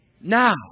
now